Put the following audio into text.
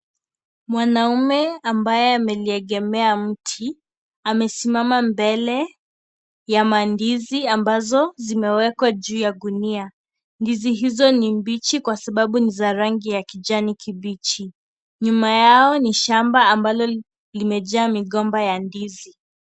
Mwanaume ambaye ameliegemea mti amesimama mbele ya mandizi ambazo zimewekwa juu ya gunia. Ndizi hizo ni mbichi kwa sababu ni za rangi ya kijani kibichi. Nyuma yao ni shamba ambalo limejaa migomba ya ndizi.